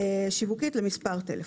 שיווקית למספר טלפון.